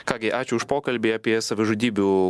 ką gi ačiū už pokalbį apie savižudybių